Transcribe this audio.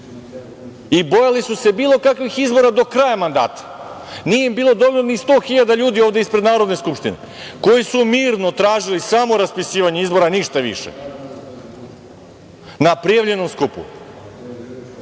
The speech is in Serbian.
i bojali su se bilo kakvih izbora do kraja mandata. Nije im bilo dovoljno ni 100.000 ljudi ovde ispred Narodne skupštine, koji su mirno tražili samo raspisivanje izbora, ništa više, na prijavljenom skupu.